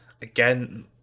again